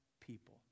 people